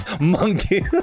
Monkey